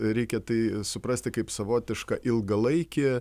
reikia tai suprasti kaip savotišką ilgalaikį